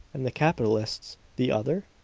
and the capitalists the other?